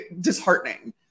disheartening